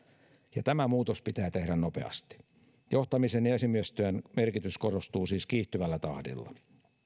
ja tämä muutos pitää tehdä nopeasti johtamisen ja esimiestyön merkitys korostuu siis kiihtyvällä tahdilla